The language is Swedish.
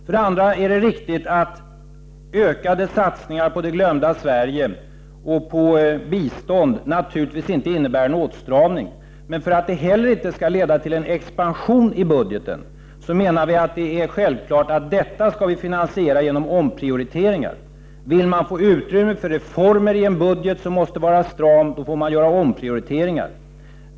För det andra är det riktigt att ökade satsningar på det glömda Sverige och på bistånd naturligtvis inte innebär en åtstramning, men för att det inte heller skall leda till en expansion i budgeten är det självklart att detta skall finansieras genom omprioriteringar. Vill man få utrymme för reformer i en budget som måste vara stram får man göra omprioriteringar.